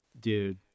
Dude